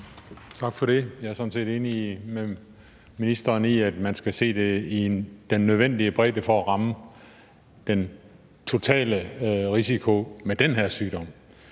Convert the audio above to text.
Tak for det. Jeg er sådan set enig med ministeren i, at man skal se det i den nødvendige bredde for at ramme den totale risiko ved den her sygdom;